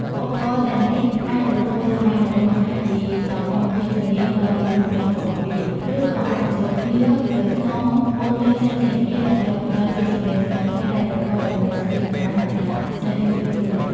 ឧបករណ៍ទាំងនេះអាចប្រគំទោលបាន ដើម្បីបង្ហាញពីសោភណភាពសំនៀងដ៏ពីរោះរណ្តំរបស់វា ឬក៏អាចបញ្ចូលទៅក្នុងវង់ភ្លេងផ្សេងៗគ្នា ដើម្បីបង្កើតជាសំនៀងថ្មីៗដែលប្រកបដោយមនោសញ្ចេតនា និងលក្ខណៈពិសេសរៀងៗខ្លួន។